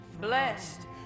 Blessed